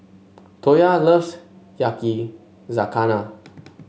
Toya loves Yakizakana